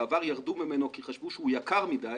בעבר ירדו ממנו כי חשבו שהוא יקר מדי,